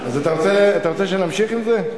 אז אתה רוצה שנמשיך עם זה?